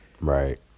Right